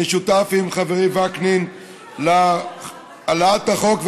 אני שותף עם חברי וקנין להעלאת החוק,